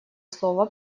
слово